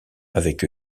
avec